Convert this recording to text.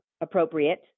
appropriate